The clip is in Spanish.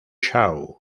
show